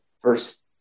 First